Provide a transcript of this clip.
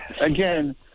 again